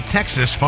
Texas